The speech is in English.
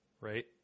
Right